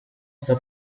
sta